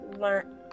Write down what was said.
learn